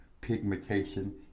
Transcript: pigmentation